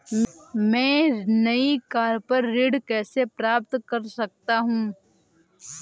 मैं नई कार पर ऋण कैसे प्राप्त कर सकता हूँ?